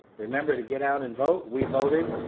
remember to get out and vote. we voted.